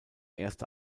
erste